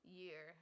year